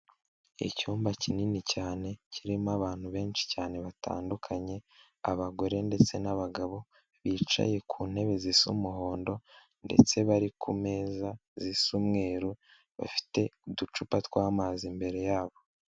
Icyumba kinini cyane kirimo abantu benshi cyane batandukanye, abagore ndetse n'abagabo bicaye ku ntebe z'umuhondo ndetse bari ku meza zisa umweruru, bafite uducupa tw'amazi imbere yabo.